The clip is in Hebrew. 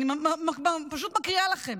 אני פשוט מקריאה לכם,